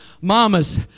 mama's